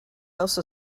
also